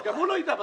גם הוא לא ידע בסוף.